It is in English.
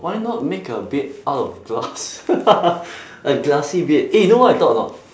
why not make a bed out of glass a glassy bed eh you know what I thought or not